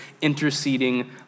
interceding